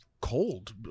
cold